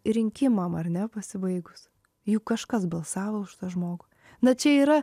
rinkimam ar ne pasibaigus juk kažkas balsavo už tą žmogų na čia yra